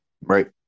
Right